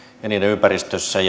niiden ympäristössä